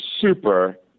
super